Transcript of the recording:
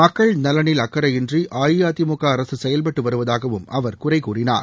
மக்கள் நலனில் அக்கறையின்றி அஇஅதிமுக அரசு செயல்பட்டு வருவதாகவும் அவர் குறை கூறினார்